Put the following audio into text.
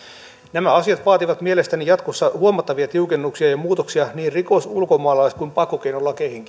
nämä asiat vaativat mielestäni jatkossa huomattavia tiukennuksia ja muutoksia niin rikos ulkomaalais kuin pakkokeinolakiin